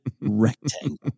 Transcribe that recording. rectangle